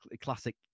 classic